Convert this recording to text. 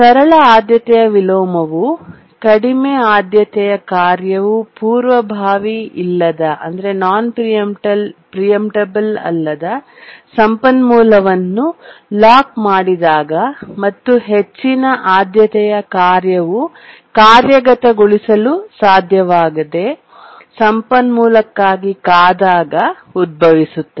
ಸರಳ ಆದ್ಯತೆಯ ವಿಲೋಮವು ಇನ್ವರ್ಶನ್ ಕಡಿಮೆ ಆದ್ಯತೆಯ ಕಾರ್ಯವು ಪೂರ್ವಭಾವಿ ಇಲ್ಲದ ನಾನ್ ಪ್ರೀಂಪ್ಟಬಲ್ ಸಂಪನ್ಮೂಲವನ್ನು ಲಾಕ್ ಮಾಡಿದಾಗ ಮತ್ತು ಹೆಚ್ಚಿನ ಆದ್ಯತೆಯ ಕಾರ್ಯವು ಕಾರ್ಯಗತಗೊಳಿಸಲು ಸಾಧ್ಯವಾಗದೆ ಸಂಪನ್ಮೂಲಕ್ಕಾಗಿ ಕಾದಾಗ ಉದ್ಭವಿಸುತ್ತದೆ